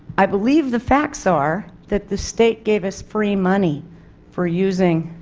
i believe the facts are that the state gave us free money for using